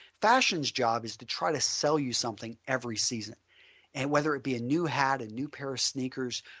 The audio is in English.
fashion's job is to try to sell you something every season and whether it be a new hat, a new pair of sneakers,